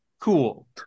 Cool